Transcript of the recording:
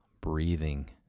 breathing